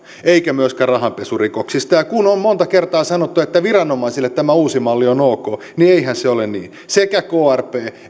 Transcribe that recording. eikä myöskään rahanpesurikoksista ja kun on monta kertaa sanottu että viranomaisille tämä uusi malli on ok niin eihän se ole niin sekä krp